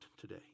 today